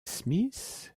smith